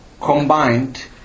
combined